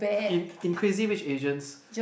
in in Crazy Rich Asians